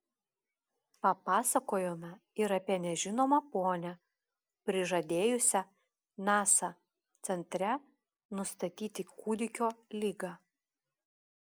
papasakojome ir apie nežinomą ponią prižadėjusią nasa centre nustatyti kūdikio ligą